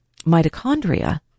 mitochondria